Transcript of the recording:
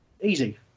easy